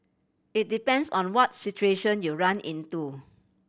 it depends on what situation you run into